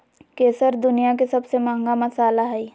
केसर दुनिया के सबसे महंगा मसाला हइ